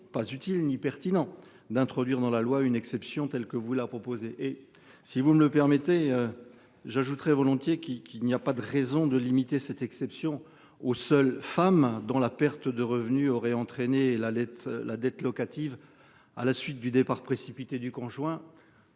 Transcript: pas utile ni pertinent d'introduire dans la loi une exception telle que vous la proposer et si vous me le permettez. J'ajouterai volontiers qu'il, qu'il n'y a pas de raison de limiter cette exception aux seule femmes dans la perte de revenus aurait entraîné la lettre la dette locative. À la suite du départ précipité du conjoint.